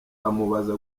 amubaza